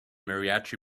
mariachi